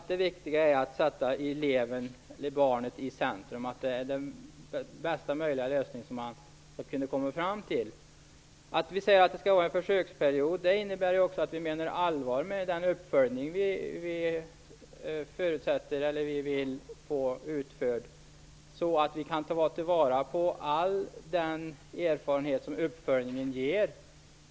Det viktiga är att sätta eleven/barnet i centrum för att man skall kunna komma fram till bästa möjliga lösning. Att vi säger att det skall vara en försöksperiod innebär att vi menar allvar med den uppföljning som vi förutsätter skall bli gjord, så att vi kan ta till vara all den erfarenhet som uppföljningen ger.